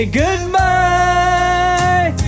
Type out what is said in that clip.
goodbye